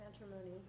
matrimony